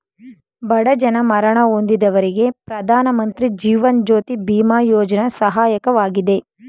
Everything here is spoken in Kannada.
ಬಡ ಜನ ಮರಣ ಹೊಂದಿದವರಿಗೆ ಪ್ರಧಾನಮಂತ್ರಿ ಜೀವನ್ ಜ್ಯೋತಿ ಬಿಮಾ ಯೋಜ್ನ ಸಹಾಯಕವಾಗಿದೆ